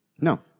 No